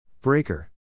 Breaker